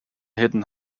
hidden